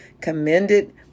commended